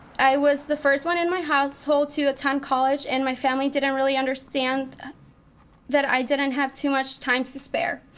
i was the first one in my household to attend college and my family didn't really understand that i didn't have too much time to spare.